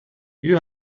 you